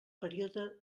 període